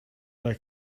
like